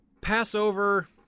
Passover